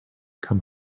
come